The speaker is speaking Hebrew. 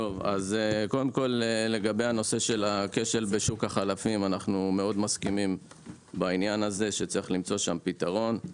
לגבי הכשל בשוק החלפים אנחנו מסכימים שצריך למצוא פתרון לעניין הזה.